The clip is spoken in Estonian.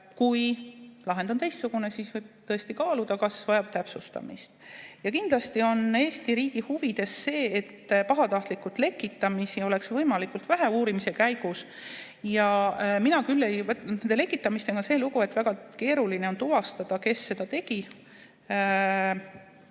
Kui lahend on teistsugune, siis võib tõesti kaaluda, kas vajab täpsustamist. Kindlasti on Eesti riigi huvides see, et pahatahtlikku lekitamist oleks uurimise käigus võimalikult vähe. Lekitamisega on see lugu, et väga keeruline on tuvastada, kes seda tegi.